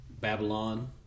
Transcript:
Babylon